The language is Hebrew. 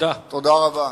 תודה רבה.